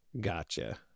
gotcha